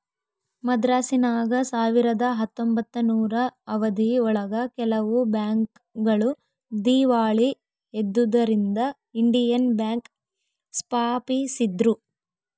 ಮದ್ರಾಸಿನಾಗ ಸಾವಿರದ ಹತ್ತೊಂಬತ್ತನೂರು ಅವಧಿ ಒಳಗ ಕೆಲವು ಬ್ಯಾಂಕ್ ಗಳು ದೀವಾಳಿ ಎದ್ದುದರಿಂದ ಇಂಡಿಯನ್ ಬ್ಯಾಂಕ್ ಸ್ಪಾಪಿಸಿದ್ರು